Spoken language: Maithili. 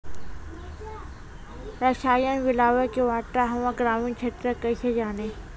रसायन मिलाबै के मात्रा हम्मे ग्रामीण क्षेत्रक कैसे जानै?